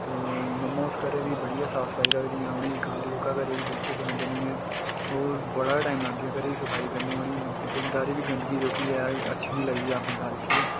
ते ममा उस घरै दी बडी गै साफ सफाई रखदियां उ'नें ई गंद जेह्का घरै च बिल्कुल बी गंद नेईं ऐ ओह् बडा गै टाइम लांदिया घरै दी सफाई करने गी उ'नें गी बिदं इक बी गंदगी जेह्की ऐ अच्छी नेईं लगदी अपने घर च ठीक ऐ